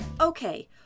Okay